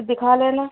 دکھا لینا